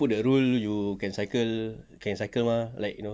put the rule you can cycle can cycle mah like you know